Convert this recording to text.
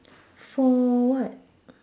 for what